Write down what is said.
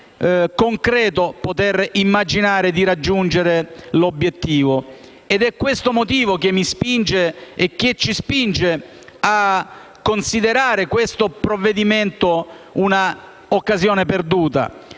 concreto immaginare di poter raggiungere l'obiettivo. È questo motivo che mi spinge - e che ci spinge - a considerare questo provvedimento un'occasione perduta,